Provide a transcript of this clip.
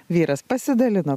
vyras pasidalino